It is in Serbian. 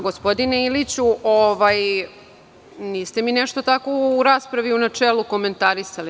Gospodine Iliću, niste mi nešto tako u raspravi u načelu komentarisali.